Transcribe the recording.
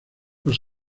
los